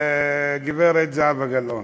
גברת זהבה גלאון,